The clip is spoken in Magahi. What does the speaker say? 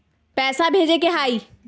पैसा भेजे के हाइ?